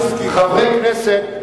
חברי הכנסת,